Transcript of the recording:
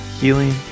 healing